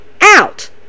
out